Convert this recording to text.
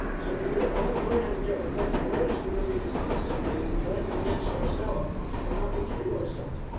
so if we don't know how to learn, how to get reflective awareness, we're going to be constantly going against ourselves and not be true to ourselves.